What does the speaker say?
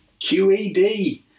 QED